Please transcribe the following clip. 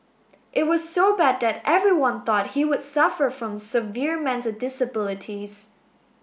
it was so bad that everyone thought he would suffer from severe mental disabilities